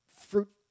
Fruit